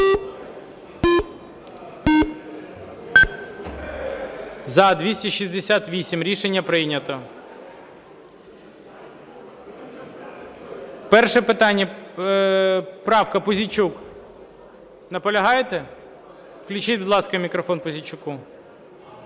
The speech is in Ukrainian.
За-268 Рішення прийнято. Перше питання, правка, Пузійчук. Наполягаєте? Включіть, будь ласка, мікрофон Пузійчуку.